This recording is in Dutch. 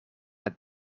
het